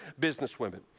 businesswomen